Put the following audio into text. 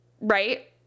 Right